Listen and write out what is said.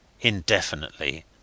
indefinitely